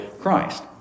Christ